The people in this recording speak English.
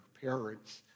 parents